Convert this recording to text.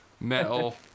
metal